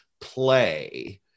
play